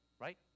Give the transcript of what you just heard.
Right